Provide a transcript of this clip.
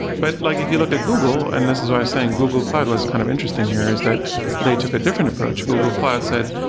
but like if you look at google and this is what i'm saying, google cloud was kind of interesting here is that they took a different approach. google cloud said,